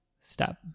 step